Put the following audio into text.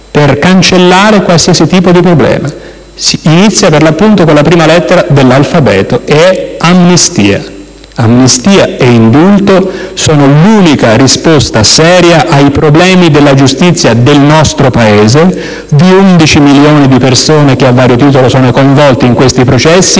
per cancellare qualsiasi tipo di problema. Inizia per l'appunto con la prima lettera dell'alfabeto ed è: amnistia. Amnistia e indulto sono l'unica risposta seria ai problemi della giustizia del nostro Paese, di 11 milioni di persone che, a vario titolo, sono coinvolte in questi processi.